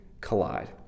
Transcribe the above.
collide